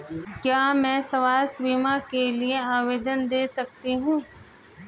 क्या मैं स्वास्थ्य बीमा के लिए आवेदन दे सकती हूँ?